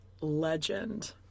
legend